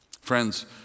Friends